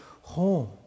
home